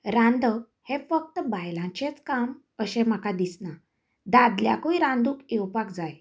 रांदप हे फक्त बायलांचेच काम अशें म्हाका दिसना दादल्याकय रांदूंक येवपाक जाय